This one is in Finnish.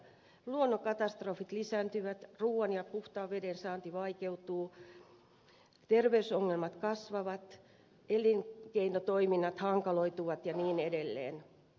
luonnonkatastrofit lisääntyvät ruuan ja puhtaan veden saanti vaikeutuu terveysongelmat kasvavat elinkeinotoiminnat hankaloituvat ja niin edelleen